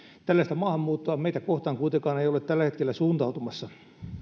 tällaista maahanmuuttoa meitä kohtaan ei kuitenkaan ole tällä hetkellä suuntautumassa